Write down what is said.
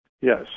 Yes